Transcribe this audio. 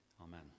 Amen